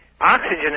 oxygen